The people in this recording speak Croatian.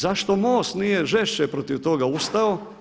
Zašto MOST nije žešće protiv toga ustao?